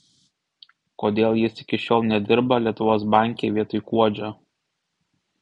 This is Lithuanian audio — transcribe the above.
kodėl jis iki šiol nedirba lietuvos banke vietoj kuodžio